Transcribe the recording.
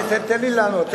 תן לי לענות.